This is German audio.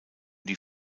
die